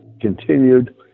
continued